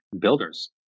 builders